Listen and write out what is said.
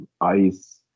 ice